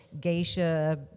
geisha